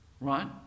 Right